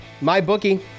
MyBookie